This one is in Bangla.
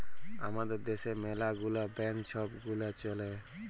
আমাদের দ্যাশে ম্যালা গুলা ব্যাংক ছব গুলা চ্যলে